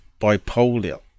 bipolar